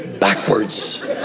backwards